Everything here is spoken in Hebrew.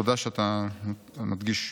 תודה שאתה מדגיש.